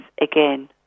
again